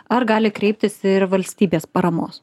ar gali kreiptis ir valstybės paramos